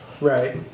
Right